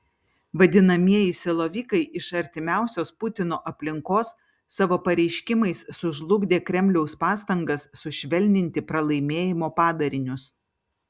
vadinamieji silovikai iš artimiausios putino aplinkos savo pareiškimais sužlugdė kremliaus pastangas sušvelninti pralaimėjimo padarinius